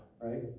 right